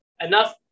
enough